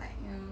like you know